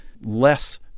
less